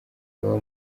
baba